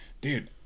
dude